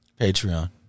Patreon